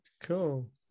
Cool